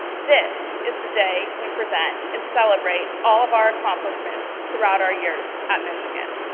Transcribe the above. this is the day we present and celebrate all of our accomplishments throughout our years at michigan.